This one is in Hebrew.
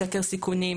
סקר סיכונים,